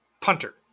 punter